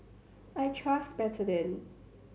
I trust Betadine